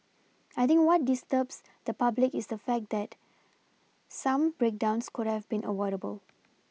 I think what disturbs the public is the fact that some breakdowns could have been avoidable